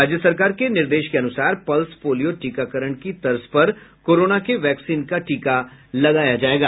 राज्य सरकार के निर्देश के अनुसार पल्स पोलियो टीकाकरण की तर्ज पर कोरोना के वैक्सीन का टीका लगाया जायेगा